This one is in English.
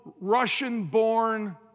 Russian-born